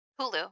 Hulu